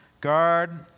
guard